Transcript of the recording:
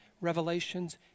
revelations